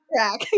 track